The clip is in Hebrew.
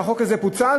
כשהחוק הזה פוצל,